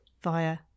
via